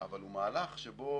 אבל הוא מהלך שבו